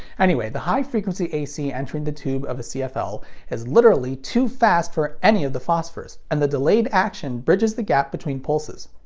anyway, the high frequency ac entering the tube of a cfl is literally too fast for any of the phosphors, and the delayed action bridges the gap between pulses.